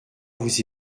vous